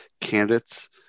candidates